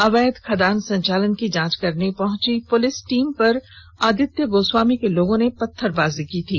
अवैध खदान संचालन की जांच करने पहुंची टीम पर आदित्य गोस्वामी के लोगों ने पत्थरबाजी की थी